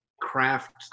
craft